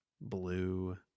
blue